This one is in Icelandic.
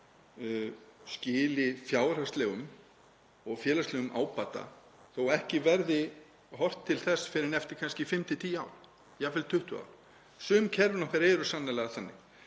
skili fjárhagslegum og félagslegum ábata þó að ekki verði horft til þess fyrr en eftir kannski 5–10 ár, jafnvel 20 ár. Sum kerfin okkar eru sannarlega þannig.